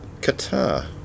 Qatar